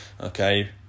okay